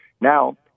Now